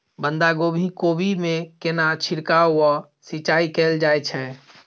बंधागोभी कोबी मे केना छिरकाव व सिंचाई कैल जाय छै?